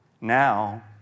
Now